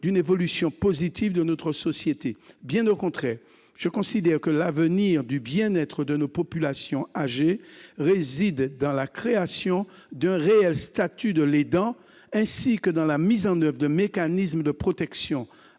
d'une évolution positive de notre société. Bien au contraire, je considère que l'avenir du bien-être de nos populations âgées réside dans la création d'un réel statut de l'aidant, ainsi que dans la mise en oeuvre de mécanismes de protection